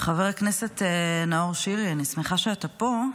חבר הכנסת נאור שירי, אני שמחה שאתה פה.